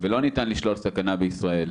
ולא ניתן לשלול סכנה בישראל.